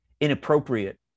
inappropriate